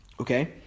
Okay